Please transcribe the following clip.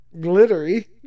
Glittery